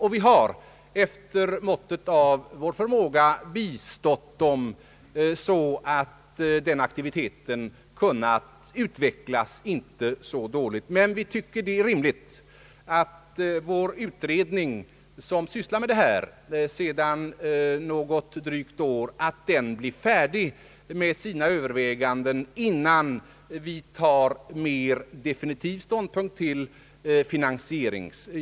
Vi har också efter måttet av vår förmåga bistått dem så att den aktiviteten kunnat utvecklas inte så dåligt. Vi anser det emellertid rimligt att den utredning som sedan drygt något år sysslar med denna fråga får bli färdig med sina överväganden innan vi tar mer definitiv ståndpunkt till finansieringsspörsmålet.